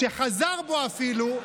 שחזר בו אפילו,